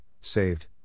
saved